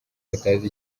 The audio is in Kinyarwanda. batazi